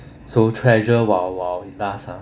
so treasure while while it lasts ah